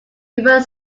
hebron